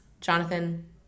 Jonathan